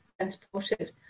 transported